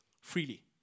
freely